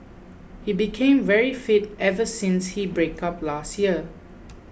he became very fit ever since his breakup last year